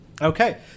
Okay